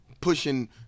pushing